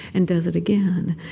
and does it again.